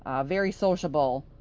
um very sociable.